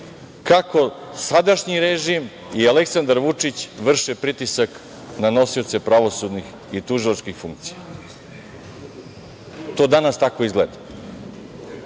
kako sadašnji režim i Aleksandar Vučić vrše pritisak na nosioce pravosudnih i tužilačkih funkcija. To danas tako izgleda. Kako